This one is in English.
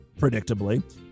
predictably